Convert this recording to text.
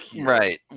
right